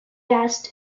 asked